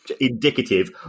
indicative